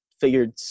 figured